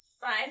fine